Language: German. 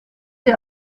der